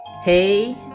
Hey